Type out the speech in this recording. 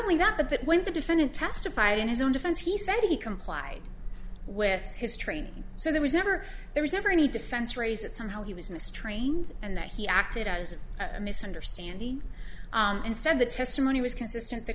only that but that when the defendant testified in his own defense he said he complied with his training so there was never there was never any defense raise it somehow he was mis trained and that he acted out as a misunderstanding instead the testimony was consistent the